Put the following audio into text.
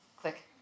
click